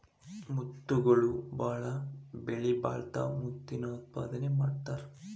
ಮುತ್ತುಗಳು ಬಾಳ ಬೆಲಿಬಾಳತಾವ ಮುತ್ತಿನ ಉತ್ಪಾದನೆನು ಮಾಡತಾರ